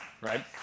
right